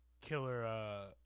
killer